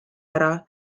ära